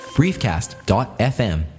briefcast.fm